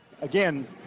again